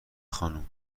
خانم